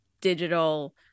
digital